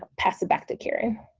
pass it back to karen.